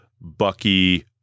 Bucky